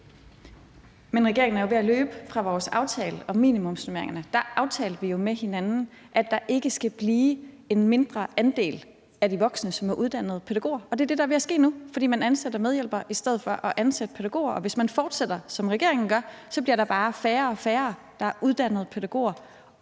Men regeringen er jo ved at løbe fra vores aftale om minimumsnormeringerne. Der aftalte vi jo med hinanden, at der ikke skal blive en mindre andel af de voksne, som er uddannede pædagoger. Og det er det, der er ved at ske nu, fordi man ansætter medhjælpere i stedet for at ansætte pædagoger, og hvis man fortsætter, som regeringen gør, så bliver der bare færre og færre, der er uddannede pædagoger.